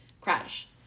crash